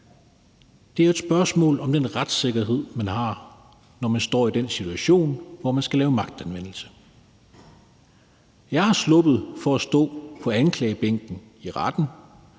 Det er et spørgsmål om den retssikkerhed, man har, når man står i den situation, hvor man skal udøve magtanvendelse. Jeg er sluppet for at stå på anklagebænken i retten,